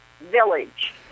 Village